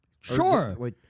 Sure